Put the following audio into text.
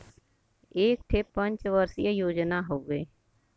एक ठे पंच वर्षीय योजना हउवे